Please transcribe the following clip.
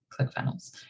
ClickFunnels